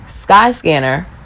Skyscanner